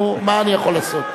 נו, מה אני יכול לעשות?